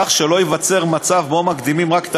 כך שלא ייווצר מצב שבו מקדמים רק את